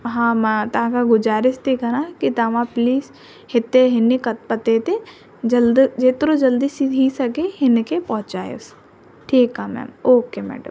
हा मां तव्हांखां गुज़ारिश थी करां के तव्हां प्लीस हिते हिनी क पते ते जल्द जेतिरो जल्द थी सघे हिन खे पहुचायोस ठीकु आहे मैम ओके मैडम